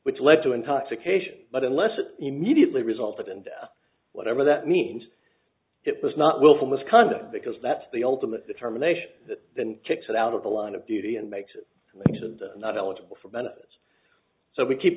which led to intoxication but unless it immediately resulted and whatever that means it was not willful misconduct because that's the ultimate determination that kicks it out of the line of duty and makes sense and not eligible for benefits so we keep